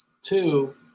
Two